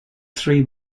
three